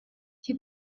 you